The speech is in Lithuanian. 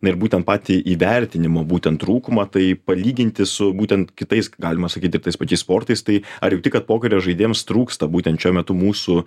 na ir būtent patį įvertinimo būtent trūkumą tai palyginti su būtent kitais galima sakyti ir tais pačiais sportais tai ar jauti kad pokerio žaidėjams trūksta būtent šiuo metu mūsų